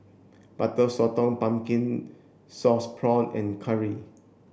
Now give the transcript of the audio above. butter Sotong pumpkin sauce prawn and curry